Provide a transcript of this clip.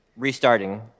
Restarting